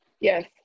Yes